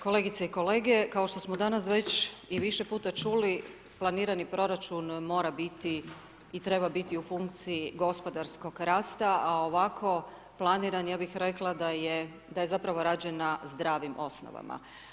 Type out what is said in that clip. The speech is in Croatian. Kolegice i kolege kao što smo danas već i više puta čuli, planirani proračun mora biti i treba biti u funkciji gospodarskog rasta, a ovako planiran, ja bih rekla da je zapravo rađena zdravim osnovama.